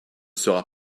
sera